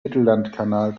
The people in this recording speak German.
mittellandkanal